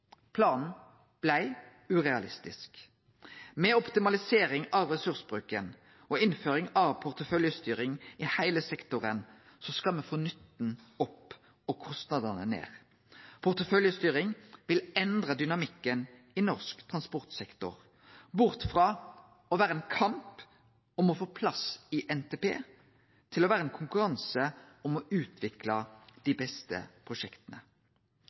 Planen vart urealistisk. Med optimalisering av ressursbruken og innføring av porteføljestyring i heile sektoren skal me få nytta opp og kostnadane ned. Porteføljestyring vil endre dynamikken i norsk transportsektor bort frå å vere ein kamp om å få plass i NTP til å vere ein konkurranse om å utvikle dei beste prosjekta.